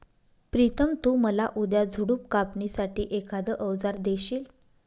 प्रितम तु मला उद्या झुडप कापणी साठी एखाद अवजार देशील?